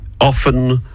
often